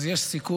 אז יש סיכוי.